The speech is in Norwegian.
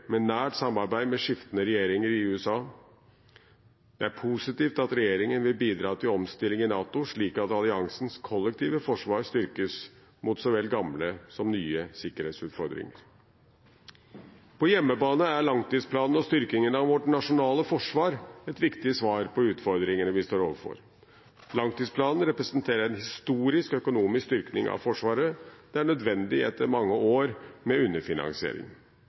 med nært samarbeid med skiftende regjeringer i USA. Det er positivt at regjeringen vil bidra til omstilling i NATO, slik at alliansens kollektive forsvar styrkes mot så vel gamle som nye sikkerhetsutfordringer. På hjemmebane er langtidsplanen og styrkingen av vårt nasjonale forsvar et viktig svar på utfordringene vi står overfor. Langtidsplanen representerer en historisk økonomisk styrking av Forsvaret. Det er nødvendig etter mange år med underfinansiering.